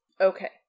Okay